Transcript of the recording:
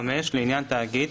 (5)לעניין תאגיד,